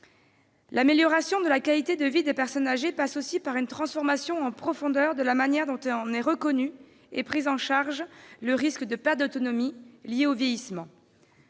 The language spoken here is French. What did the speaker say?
L'amélioration de la qualité de vie des personnes âgées passe aussi par une transformation en profondeur de la manière dont est reconnu et pris en charge le risque de perte d'autonomie lié au vieillissement.